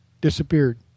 disappeared